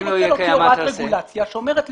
אני רוצה להוציא הוראת רגולציה שאומרת,